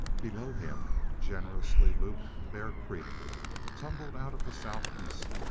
below him, generously looped, bear creek tumbled out of the southeast,